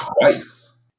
twice